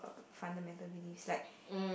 fundamental things like